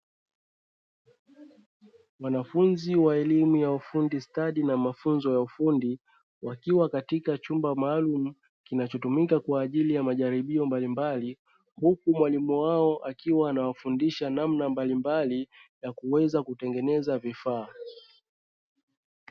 Wanafunzi wa elimu ya ufundi stadi na mafunzo ya ufundi wakiwa katika chumba maalumu kinachotumika kwa ajili ya majaribio mbalimbali huku mwalimu wao akiwa anawafundisha namna mbalimbali yakuweza kutengeneza vifaa.